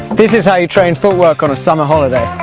this is how you train footwork on a summer holiday!